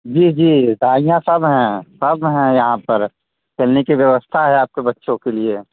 जी जी सब है सब है यहाँ पर खेलने की व्यवस्था है आपके बच्चों के लिए